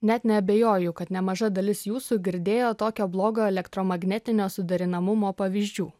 net neabejoju kad nemaža dalis jūsų girdėjo tokio blogo elektromagnetinio suderinamumo pavyzdžių